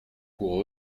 pour